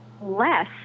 less